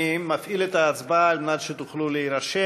אני מפעיל את ההצבעה כדי שתוכלו להירשם.